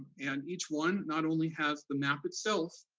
and each one not only has the map itself,